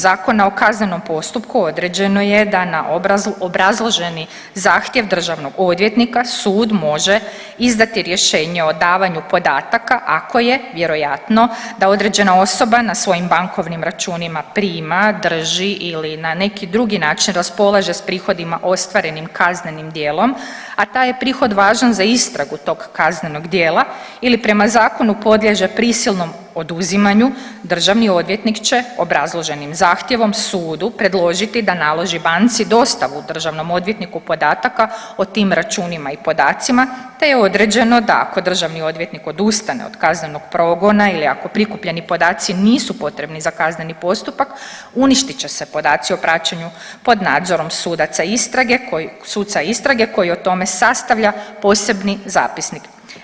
Zakona o kaznenom postupku određeno je da na obrazloženi zahtjev državnog odvjetnika sud može izdati rješenje o davanju podataka ako je vjerojatno da određena osoba na svojim bankovnim računima prima, drži ili na neki drugi način raspolaže s prihodima ostvarenim kaznenim djelom, a taj je prihod važan za istragu tog kaznenog djela ili prema zakonu podliježe prisilnom oduzimanju državni odvjetnik će obrazloženim zahtjevom sudu predložiti da naloži banci dostavu državnom odvjetniku podataka o tim računima i podacima te je određeno da, ako državni odvjetnik odustane od kaznenog progona ili ako prikupljeni podaci nisu potrebni za kazneni postupak uništit će se podaci o praćenju pod nadzorom sudaca istrage koji o tome sastavlja posebni zapisnik.